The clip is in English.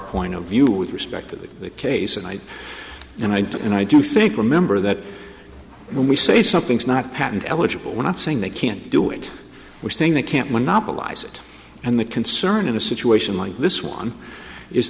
point of view with respect to that case and i and i and i do think remember that when we say something's not patent eligible we're not saying they can't do it we're saying they can't monopolize it and the concern in a situation like this one is